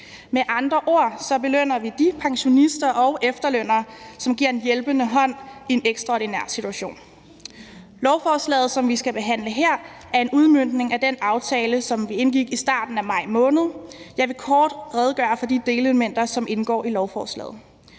Med andre ord belønner vi de pensionister og efterlønnere, som giver en hjælpende hånd i en ekstraordinær situation. Lovforslaget, som vi skal behandle her, er en udmøntning af den aftale, som vi indgik i starten af maj måned. Jeg vil kort redegøre for de delelementer, som indgår i lovforslaget.